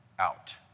out